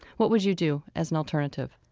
what would you do as an alternative?